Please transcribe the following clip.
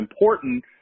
important